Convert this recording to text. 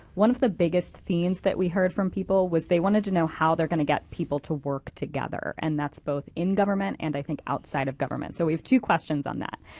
one of the biggest themes that we heard from people was they wanted to know how they're going to get people to work together. and that's both in government and i think outside of government. so we have two questions on that.